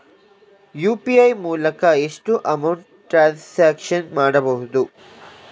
UPI ಮೂಲಕ ಎಷ್ಟು amount transaction ಮಾಡಬಹುದು?